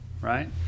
right